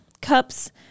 cups